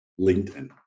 LinkedIn